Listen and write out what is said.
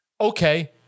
Okay